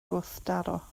gwrthdaro